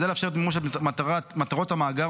כדי לאפשר את מימוש מטרות המאגר,